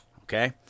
okay